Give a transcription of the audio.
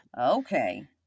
okay